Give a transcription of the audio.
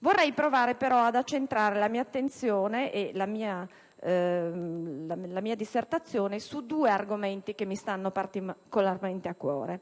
vorrei provare a centrare la mia attenzione e la mia dissertazione su due argomenti che mi stanno particolarmente a cuore,